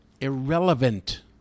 Irrelevant